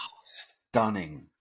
Stunning